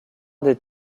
des